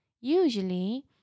Usually